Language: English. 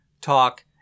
talk